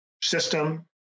system